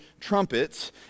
trumpets